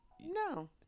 No